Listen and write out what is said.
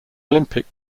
olympic